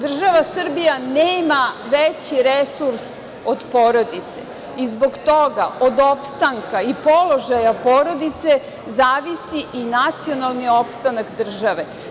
Država Srbija nema veći resurs od porodice i zbog toga od opstanka i položaja porodice zavisi i nacionalni opstanak države.